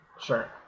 sure